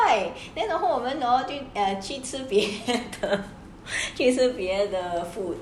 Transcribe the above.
right then 然后我们 hor 去吃别的别的 food